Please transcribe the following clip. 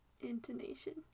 Intonation